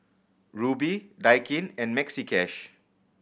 Rubi Daikin and Maxi Cash